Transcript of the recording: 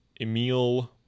Emil